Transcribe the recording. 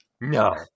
No